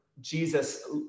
Jesus